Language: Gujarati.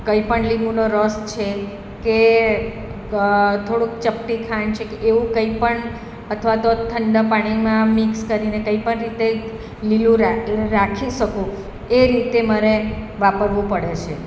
કંઇપણ લીંબુનો રસ છે કે થોડુંક ચપટી ખાંડ છે કે એવું કંઇ પણ અથવા તો ઠંડા પાણીમાં મિક્સ કરીને કંઇપણ રીતે લીલું રાખી શકું એ રીતે મારે વાપરવું પડે છે